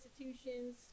institutions